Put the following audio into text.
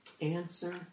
Answer